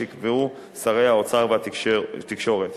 שיקבעו שרי האוצר והתקשורת.